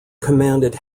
commanded